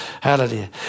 Hallelujah